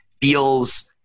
feels